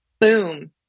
boom